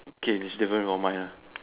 okay is different won't mind lah